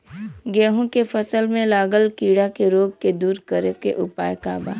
गेहूँ के फसल में लागल कीड़ा के रोग के दूर करे के उपाय का बा?